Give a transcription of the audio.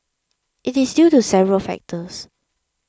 it is due to several factors